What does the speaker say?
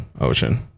ocean